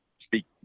speak